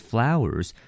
Flowers